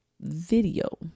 video